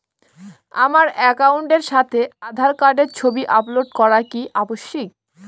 আমার অ্যাকাউন্টের সাথে আধার কার্ডের ছবি আপলোড করা কি আবশ্যিক?